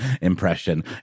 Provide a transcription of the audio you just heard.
impression